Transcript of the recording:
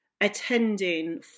attending